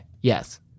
Yes